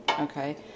okay